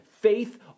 faith